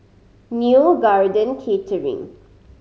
Neo Garden Catering